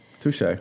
Touche